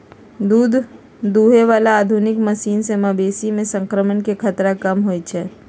दूध दुहे बला आधुनिक मशीन से मवेशी में संक्रमण के खतरा कम होई छै